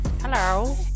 Hello